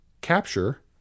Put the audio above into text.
capture